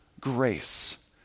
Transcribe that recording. grace